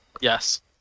yes